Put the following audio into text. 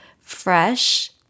fresh